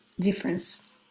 difference